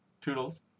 Toodles